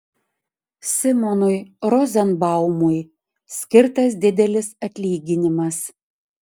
simonui rozenbaumui skirtas didelis atlyginimas